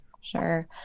Sure